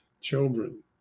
children